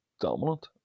dominant